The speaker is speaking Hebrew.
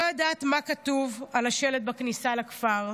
"אני לא יודעת מה כתוב על השלט בכניסה לכפר,